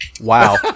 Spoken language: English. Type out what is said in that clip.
Wow